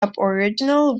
aboriginal